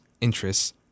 interests